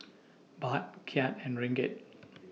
Baht Kyat and Ringgit